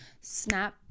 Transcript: snap